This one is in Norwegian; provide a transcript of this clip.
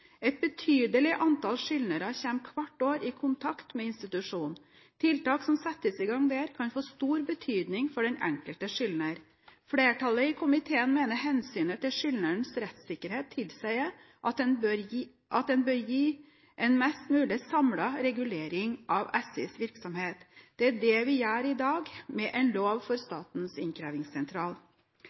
Et betydelig antall skyldnere kommer hvert år i kontakt med institusjonen. Tiltak som settes i gang der, kan få stor betydning for den enkelte skyldner. Flertallet i komiteen mener hensynet til skyldnerens rettssikkerhet tilsier at det bør gis en mest mulig samlet regulering av SIs virksomhet. Det er det vi gjør i dag med en lov for Statens innkrevingssentral.